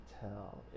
tell